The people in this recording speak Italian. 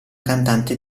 cantante